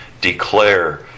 declare